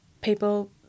people